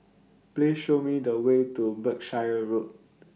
Please Show Me The Way to Berkshire Road